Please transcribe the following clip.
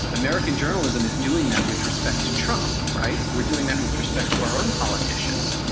american journalism is doing that with respect to trump, right? we're doing that with respect to our own politicians,